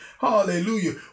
Hallelujah